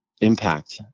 impact